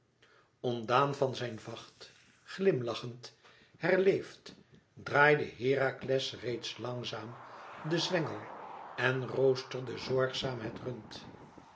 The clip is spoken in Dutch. ontdaan van zijn vacht glimlachend herleefd draaide herakles reeds langzaam den zwengel en roosterde zorgzaam het rund